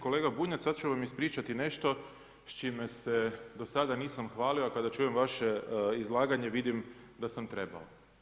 Kolega Bunjac sada ću vam ispričati nešto s čime se do sada nisam hvalio, a kada čujem vaše izlaganje vidim da sam trebao.